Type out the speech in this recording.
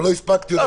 אבל לא הספקתי -- לא,